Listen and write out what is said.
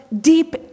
deep